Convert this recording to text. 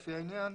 לפי העניין,